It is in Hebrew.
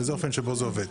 וזה האופן שבו זה עובד.